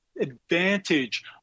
advantage